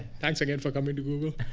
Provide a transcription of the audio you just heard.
thanks again for coming to google.